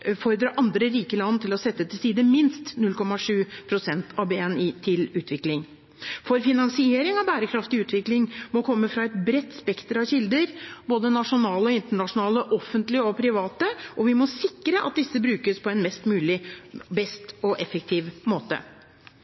andre rike land til å sette til side minst 0,7 pst. av BNI til utvikling. Finansiering av bærekraftig utvikling må komme fra et bredt spekter av kilder, både nasjonale og internasjonale, offentlige og private, og vi må sikre at disse brukes på en best mulig og effektiv måte.